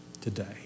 today